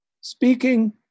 speaking